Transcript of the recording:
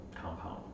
Compound